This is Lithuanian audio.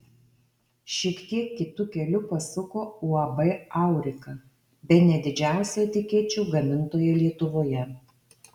šiek tiek kitu keliu pasuko uab aurika bene didžiausia etikečių gamintoja lietuvoje